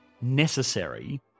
necessary